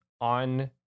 on